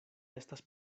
estas